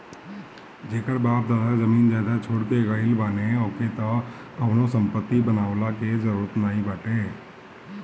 जेकर बाप दादा जमीन जायदाद छोड़ के गईल बाने ओके त कवनो संपत्ति बनवला के जरुरत नाइ बाटे